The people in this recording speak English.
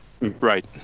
Right